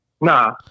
Nah